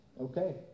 Okay